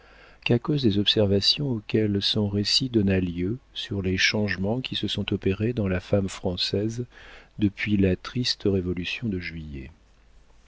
qu'à cause des observations auxquelles son récit donna lieu sur les changements qui se sont opérés dans la femme française depuis la triste révolution de juillet